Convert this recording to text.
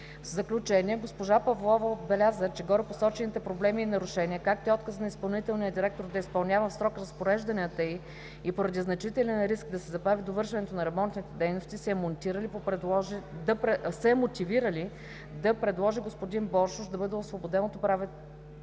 В заключение, госпожа Павлова отбеляза, че горепосочените проблеми и нарушения, както и отказът на изпълнителния директор да изпълнява в срок разпорежданията й и поради значителен риск да се забави довършването на ремонтните дейности са я мотивирали да предложи господин Боршош да бъде освободен от управителния